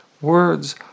Words